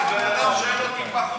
זה בן אדם שאין לו טיפת,